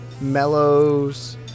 mellows